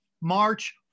March